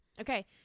Okay